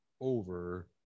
over